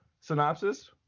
synopsis